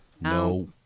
no